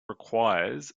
requires